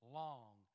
long